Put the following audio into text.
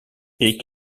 hais